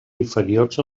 inferiors